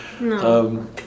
No